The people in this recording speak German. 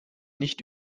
nicht